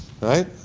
right